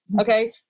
okay